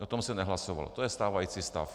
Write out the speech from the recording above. O tom se nehlasovalo, to je stávající stav.